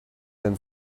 then